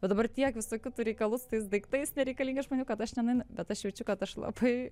bet dabar tiek visokių tų reikalų su tais daiktais nereikalingi aš maniau kad aš nenueinu bet aš jaučiu kad aš labai